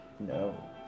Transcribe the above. No